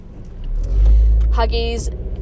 Huggies